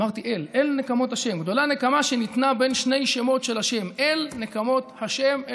אמרתי "אל", "אל נקמות ה'".